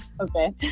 Okay